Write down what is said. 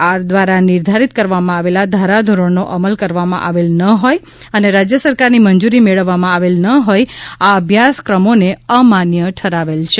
R દ્વારા નિર્ધારિત કરવામાં આવેલા ધારાધોરણોનો અમલ કરવામાં આવેલ ન હોઈ અને રાજ્ય સરકારની મંજૂરી મેળવવામાં આવેલ ન હોઈ આ અભ્યાસક્રમોને અમાન્ય ઠરાવેલ છે